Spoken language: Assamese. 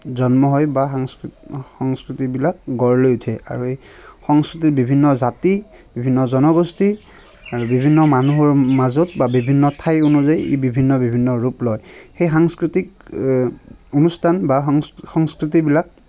জন্ম হয় বা সাংস্কৃতি সংস্কৃতিবিলাক গঢ় লৈ উঠে আৰু এই সংস্কৃতি বিভিন্ন জাতি বিভিন্ন জনগোষ্ঠী আৰু বিভিন্ন মানুহৰ মাজত বা বিভিন্ন ঠাই অনুযায়ী ই বিভিন্ন বিভিন্ন ৰূপ লয় সেই সাংস্কৃতিক অনুষ্ঠান বা সং সংস্কৃতিবিলাক